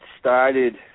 started